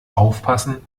aufpassen